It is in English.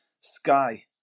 Sky